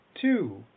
two